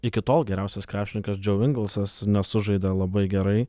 iki tol geriausias krepšininkas džiau ingelsas nesužaidė labai gerai